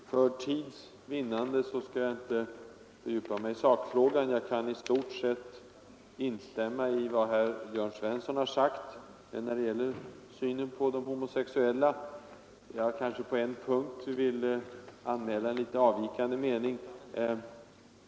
Herr talman! För tids vinnande skall jag inte fördjupa mig i sakfrågan. Jag kan i stort sett instämma i vad herr Svensson i Malmö sagt när det gäller synen på de homosexuella. Men jag vill på en punkt anmäla en något avvikande mening.